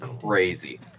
crazy